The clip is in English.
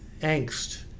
angst